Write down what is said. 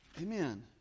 Amen